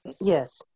Yes